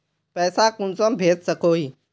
पैसा कुंसम भेज सकोही?